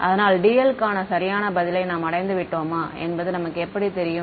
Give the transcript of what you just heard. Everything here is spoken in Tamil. அதனால் dl க்கான சரியான பதிலை நாம் அடைந்துவிட்டோமா என்பது நமக்கு எப்படித் தெரியும்